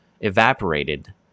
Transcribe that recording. evaporated